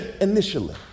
initially